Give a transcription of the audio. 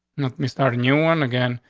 me start a new one again.